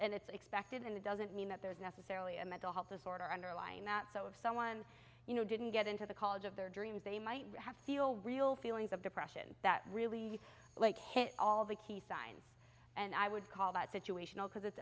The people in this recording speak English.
and it's expected and it doesn't mean that there's necessarily a mental health disorder underlying that so if someone you know didn't get into the college of their dreams they might have feel real feelings of depression that really like hit all the key signs and i would call that situational because it's